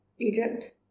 Egypt